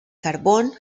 carbón